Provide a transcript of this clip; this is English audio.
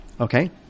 Okay